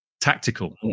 tactical